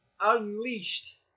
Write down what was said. unleashed